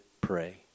pray